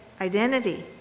identity